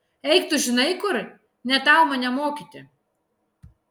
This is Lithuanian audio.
eik tu žinai kur ne tau mane mokyti